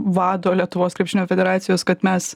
vado lietuvos krepšinio federacijos kad mes